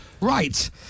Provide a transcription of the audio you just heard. Right